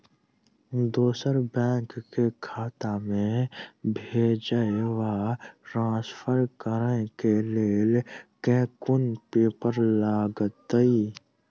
दोसर बैंक केँ खाता मे भेजय वा ट्रान्सफर करै केँ लेल केँ कुन पेपर लागतै?